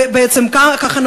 וככה,